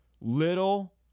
little